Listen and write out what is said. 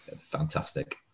Fantastic